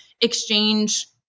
exchange